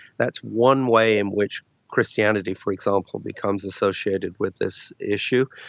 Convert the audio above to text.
that's one way in which christianity for example becomes associated with this issue.